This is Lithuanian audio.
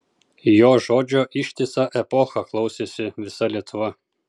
jo žodžio ištisą epochą klausėsi visa lietuva